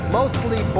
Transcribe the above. mostly